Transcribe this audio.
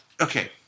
okay